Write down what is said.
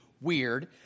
weird